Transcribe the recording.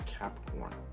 capricorn